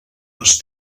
les